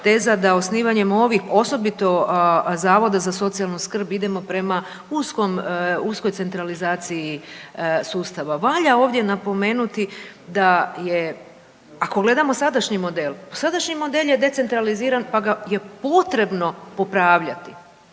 da osnivanjem ovih osobito zavoda za socijalnu skrb idemo prema uskoj centralizaciji sustava. Valja ovdje napomenuti ako gledamo sadašnji model, pa sadašnji model je decentraliziran pa ga je potrebno popravljati,